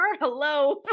hello